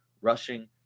rushing